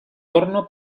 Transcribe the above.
torno